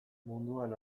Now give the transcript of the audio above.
munduan